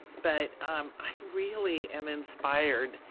but i really am inspired,